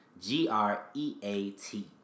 G-R-E-A-T